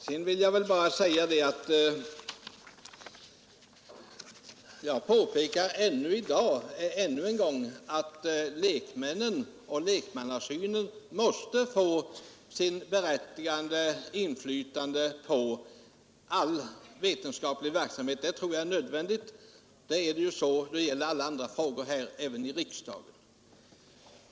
Sedan vill jag bara påpeka ännu en gång att lekmännen och lekmannasynen måste få sitt berättigade inflytande på all vetenskaplig verksamhet. Det tror jag är nödvändigt. Det är ju så när det gäller alla andra frågor, även här i riksdagen.